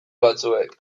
batzuek